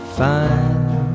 fine